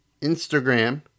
Instagram